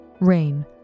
Rain